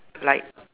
like